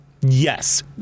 yes